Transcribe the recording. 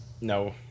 No